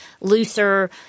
looser